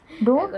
don't